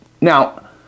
Now